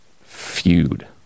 feud